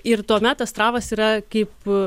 ir tuomet astravas yra kaip